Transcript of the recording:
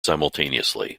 simultaneously